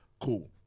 cool